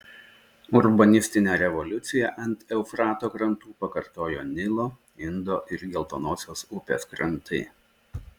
urbanistinę revoliuciją ant eufrato krantų pakartojo nilo indo ir geltonosios upės krantai